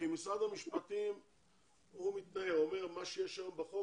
משרד המשפטים אמר שמה שיש היום בחוק,